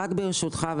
ברשותך,